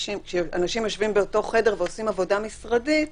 כשאנשים יושבים באותו חדר ועושים עבודה משרדית,